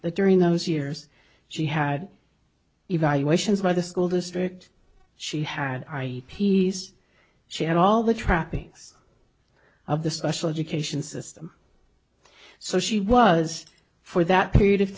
that during those years she had evaluations by the school district she had i e peace she had all the trappings of the special education system so she was for that period of